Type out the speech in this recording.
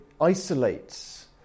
isolates